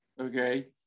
okay